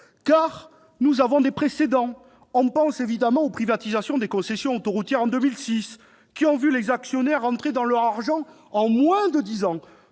Or nous avons des précédents. On pense évidemment aux privatisations des concessions autoroutières en 2006 : ces entreprises ont vu leurs actionnaires rentrer dans leur argent en moins de dix ans,